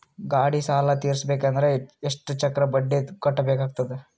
ಗಾಡಿ ಸಾಲ ತಿರಸಬೇಕಂದರ ಎಷ್ಟ ಚಕ್ರ ಬಡ್ಡಿ ಕಟ್ಟಬೇಕಾಗತದ?